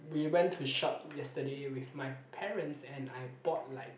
we went to shop yesterday with my parents and I bought like